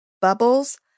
bubbles